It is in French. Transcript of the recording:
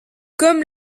comme